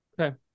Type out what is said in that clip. Okay